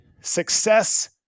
Success